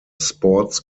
sports